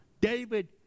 David